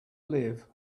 live